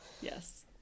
Yes